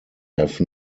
have